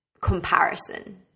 comparison